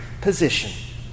position